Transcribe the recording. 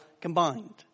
combined